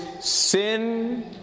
sin